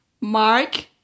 mark